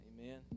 Amen